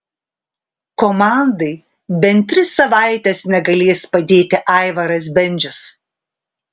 komandai bent tris savaites negalės padėti aivaras bendžius